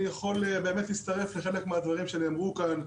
אני יכול להצטרף לחלק מהדברים שנאמרו כאן,